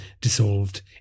dissolved